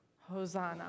Hosanna